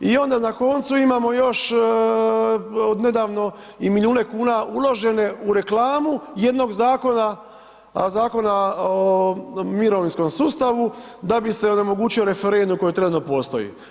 I onda na koncu imamo još od nedavno i milijune kuna uložene u reklamu jednog zakona, Zakona o mirovinskog sustavu, da bi se omogućio referendum koji trenutno postoji.